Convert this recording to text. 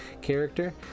character